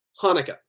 Hanukkah